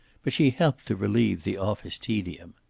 but she helped to relieve the office tedium.